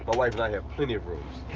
but wife and i have plenty of rooms.